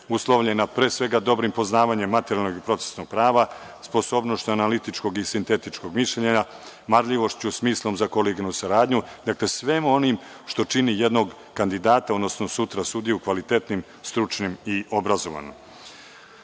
uslovljena pre svega dobrim poznavanjem materijalnog i procesnog prava, sposobnošću analitičkog i sintetičkog mišljenja, marljivošću, smislom za kolegijalnu saradnju, dakle, svim onim što čini jednog kandidata, odnosno sutra sudiju, kvalitetnim, stručnim i obrazovnim.